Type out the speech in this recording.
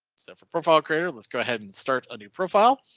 so for profile creator. let's go ahead and start a new profile.